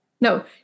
No